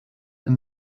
and